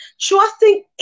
trusting